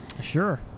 sure